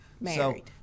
Married